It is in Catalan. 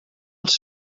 els